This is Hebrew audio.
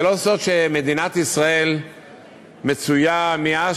זה לא סוד שמדינת ישראל מצויה מאז